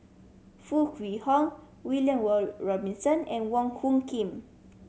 Foo Kwee Horng William Robinson and Wong Hung Khim